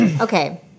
Okay